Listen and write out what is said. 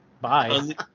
Bye